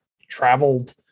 traveled